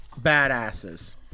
badasses